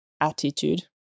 attitude